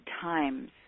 times